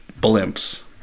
blimps